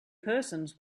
persons